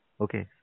Okay